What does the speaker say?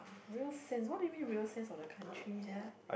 !wah! real sense what do you mean real sense of the country sia